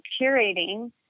curating